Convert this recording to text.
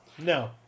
No